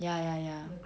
ya ya ya